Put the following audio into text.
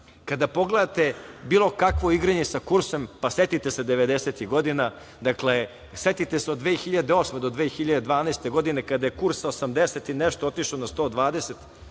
kada pogledate bilo kakvo igranje sa kursom, pa setite se devedesetih godina, setite se od 2008. do 2012. godine kada je kurs sa 80 i nešto otišao na 120 dinara.